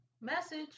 Message